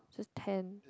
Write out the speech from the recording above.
it's just ten